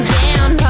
down